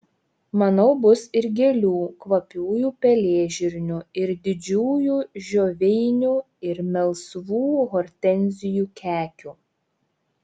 manau bus ir gėlių kvapiųjų pelėžirnių ir didžiųjų žioveinių ir melsvų hortenzijų kekių